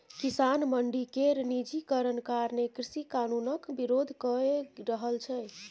किसान मंडी केर निजीकरण कारणें कृषि कानुनक बिरोध कए रहल छै